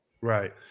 Right